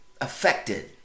affected